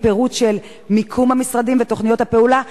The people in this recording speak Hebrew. עם פירוט של מיקום המשרדים ותוכניות הפעולה?